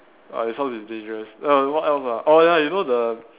ah as long as it's dangerous and what else ah oh ya you know the